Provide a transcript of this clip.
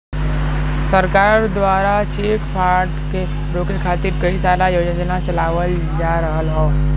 सरकार दवारा cheque fraud के रोके खातिर कई सारा योजना चलावल जा रहल हौ